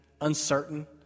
uncertain